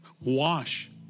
Wash